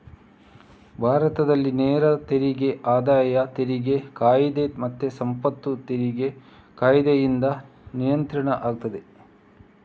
ಭಾರತದಲ್ಲಿ ನೇರ ತೆರಿಗೆ ಆದಾಯ ತೆರಿಗೆ ಕಾಯಿದೆ ಮತ್ತೆ ಸಂಪತ್ತು ತೆರಿಗೆ ಕಾಯಿದೆಯಿಂದ ನಿಯಂತ್ರಿತ ಆಗ್ತದೆ